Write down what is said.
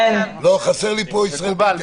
יש התאמה נוסחית